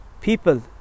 people